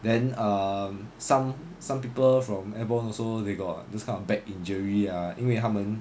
then um some some people from airborne also they got those kind of back injury ah 因为他们